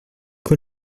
quoi